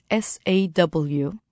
SAW